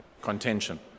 contention